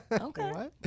Okay